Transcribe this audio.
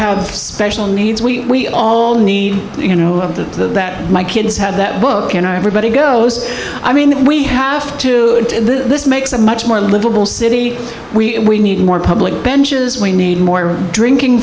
have special needs we all need you know of the that my kids had that book and everybody goes i mean we have to this makes it much more livable city we need more public benches we need more drinking